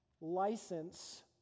license